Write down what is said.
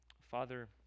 father